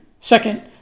Second